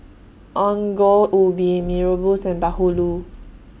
Ongol Ubi Mee Rebus and Bahulu